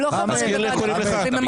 הם לא חברים בוועדת הכספים,